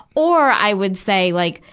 or i would say like,